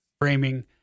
framing